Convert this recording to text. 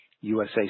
USA